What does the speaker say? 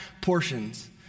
portions